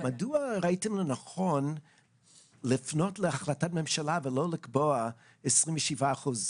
מדוע ראיתם לנכון לפנות להחלטת ממשלה ולא לקבוע 27 אחוזים?